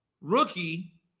rookie